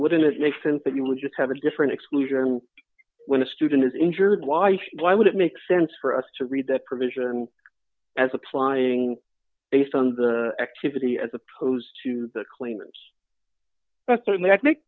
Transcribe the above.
wouldn't it make sense that you would just have a different exclusion when a student is injured wife why would it make sense for us to read that provision as applying based on the activity as opposed to the cleaners a certain ethnic